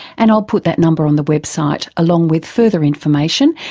and i'll put that number on the website, along with further information,